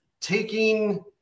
taking